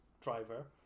driver